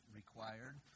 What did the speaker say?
required